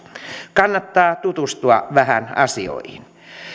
kannattaa tutustua vähän asioihin